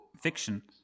fiction